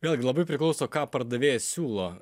vėlgi labai priklauso ką pardavėjas siūlo